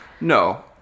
No